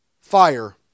fire